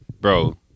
Bro